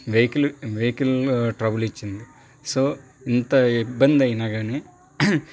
vehicle vehicle trouble ఇచ్చింది so ఇంత ఇబ్బంది అయినా కానీ